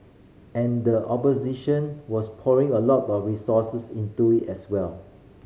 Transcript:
and the opposition was pouring a lot of resources into it as well